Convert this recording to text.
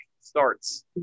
starts